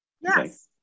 Yes